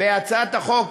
בהצעת החוק